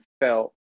felt